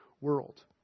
world